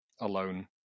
alone